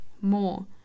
more